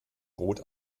rot